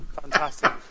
Fantastic